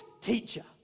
teacher